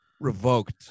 revoked